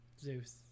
Zeus